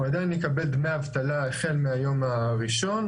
הוא עדיין יקבל דמי אבטלה החל מהיום הראשון.